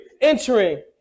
entering